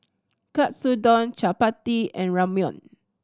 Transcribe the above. Katsudon Chapati and Ramyeon